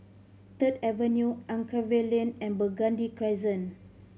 Third Avenue Anchorvale Lane and Burgundy Crescent